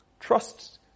Trust